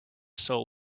soul